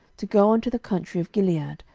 to go unto the country of gilead,